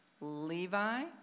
Levi